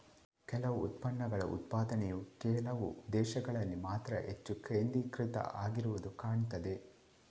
ಕೆಲವು ಉತ್ಪನ್ನಗಳ ಉತ್ಪಾದನೆಯು ಕೆಲವು ದೇಶಗಳಲ್ಲಿ ಮಾತ್ರ ಹೆಚ್ಚು ಕೇಂದ್ರೀಕೃತ ಆಗಿರುದು ಕಾಣ್ತದೆ